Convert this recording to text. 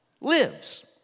lives